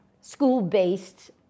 school-based